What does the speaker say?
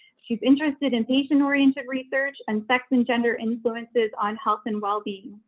she's interested in patient oriented research and sex and gender influences on health and wellbeing.